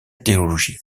théologie